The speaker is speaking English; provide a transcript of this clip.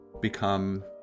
become